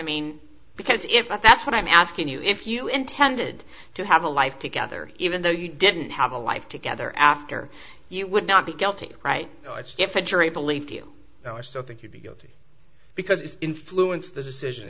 mean because if that's what i'm asking you if you intended to have a life together even though you didn't have a life together after you would not be guilty right now i still think you'd be guilty because its influence the decision